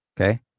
okay